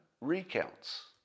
recounts